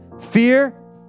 Fear